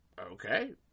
Okay